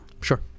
Sure